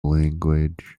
language